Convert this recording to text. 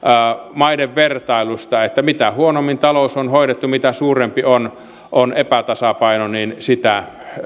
maiden vertailusta että mitä huonommin talous on hoidettu mitä suurempi on on epätasapaino sitä